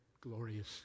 glorious